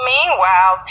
Meanwhile